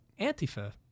Antifa